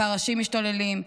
פרשים משתוללים,